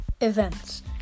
events